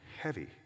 heavy